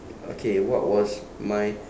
okay what was mine